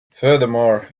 furthermore